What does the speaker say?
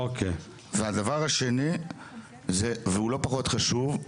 הדבר השני והוא לא פחות חשוב,